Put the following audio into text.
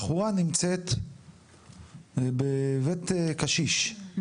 בחורה נמצאת בבית קשיש,